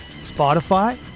Spotify